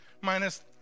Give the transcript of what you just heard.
minus